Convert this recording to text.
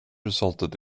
resulted